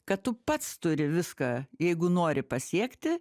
kad tu pats turi viską jeigu nori pasiekti